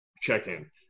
check-in